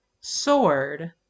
sword